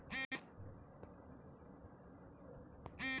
माये चोवीस तारखेले साडेतीनशे रूपे कापले, ते कायचे हाय ते सांगान का?